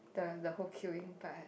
the the whole queuing part